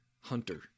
Hunter